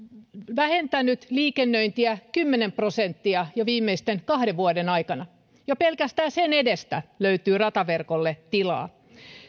vähentänyt liikennöintiä kymmenen prosenttia jo viimeisten kahden vuoden aikana jo pelkästään sen edestä löytyy rataverkolle tilaa